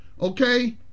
okay